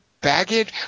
baggage